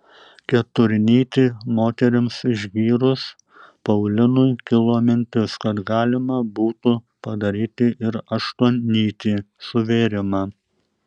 keturnytį moterims išgyrus paulinui kilo mintis kad galima būtų padaryti ir aštuonnytį suvėrimą